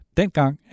dengang